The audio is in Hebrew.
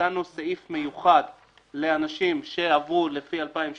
נתנו סעיף מיוחד לאנשים שעברו לפי 2016